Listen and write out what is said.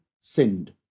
sinned